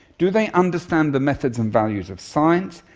do they understand the methods and values of science,